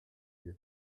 your